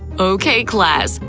okay, class.